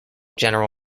general